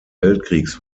weltkriegs